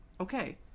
Okay